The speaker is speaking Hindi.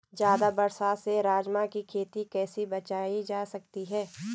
ज़्यादा बरसात से राजमा की खेती कैसी बचायी जा सकती है?